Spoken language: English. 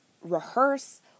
rehearse